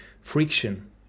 friction